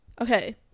okay